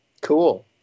cool